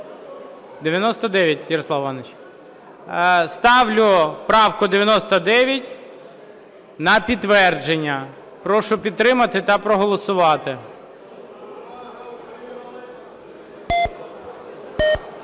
99, Ярослав Іванович. Ставлю правку 99 на підтвердження. Прошу підтримати та проголосувати.